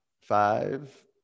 Five